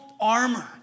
armor